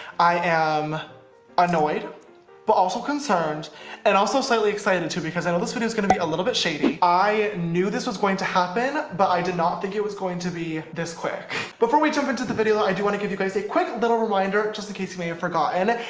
i am annoyed but also concerned and also slightly excited too because i know this video's gonna be a little bit shady. i knew this was going to happen but i did not think it was going to be this quick. before we jump into the video, i do want to give you guys a quick little reminder just in case you may have forgotten! and